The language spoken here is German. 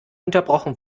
unterbrochen